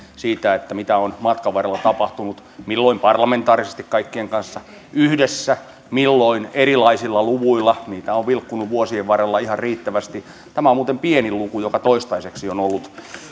siitä mitä on matkan varrella tapahtunut milloin parlamentaarisesti kaikkien kanssa yhdessä milloin erilaisilla luvuilla niitä on vilkkunut vuosien varrella ihan riittävästi tämä on muuten pienin luku joka toistaiseksi on ollut